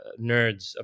nerds